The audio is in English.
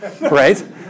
right